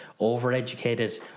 overeducated